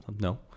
No